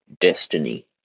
destiny